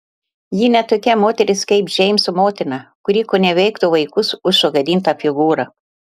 ji ne tokia moteris kaip džeimso motina kuri koneveiktų vaikus už sugadintą figūrą